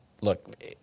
look